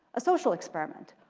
a social experiment,